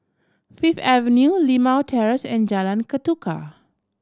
Fifth Avenue Limau Terrace and Jalan Ketuka